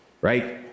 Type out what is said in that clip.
right